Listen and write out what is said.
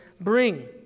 bring